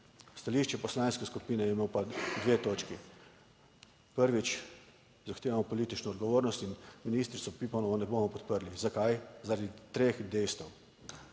Stališče poslanske skupine je imel pa dve točki. Prvič, zahtevamo politično odgovornost in ministrico Pipanovo ne bomo podprli. Zakaj? Zaradi treh dejstev.